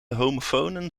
homofonen